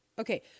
Okay